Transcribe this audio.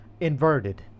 inverted